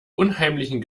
unheimlichen